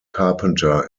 carpenter